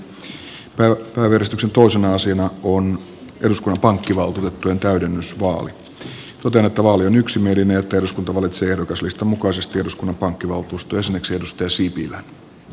totean että vaali on yksimielinen ja että eduskunta valitsee ehdokaslistan mukaisesti eduskunnan pankkivaltuuston jäseneksi edustaja juha sipilän